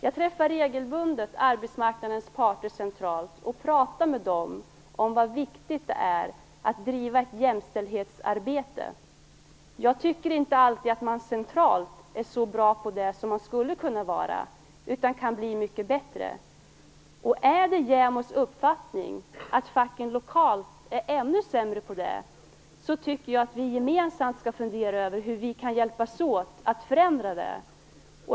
Jag träffar regelbundet arbetsmarknadens parter centralt och pratar med dem om hur viktigt det är att driva ett jämställdhetsarbete. Jag tycker inte alltid att man centralt är så bra på det som man skulle kunna vara, utan man kan bli mycket bättre. Är det JämO:s uppfattning att facken lokalt är ännu sämre på att driva jämställdhetsarbetet tycker jag att vi gemensamt skall fundera över hur vi kan hjälpas åt att förändra detta.